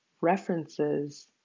references